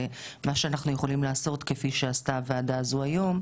ומה שאנחנו יכולים לעשות כפי שעשתה הוועדה הזו היום,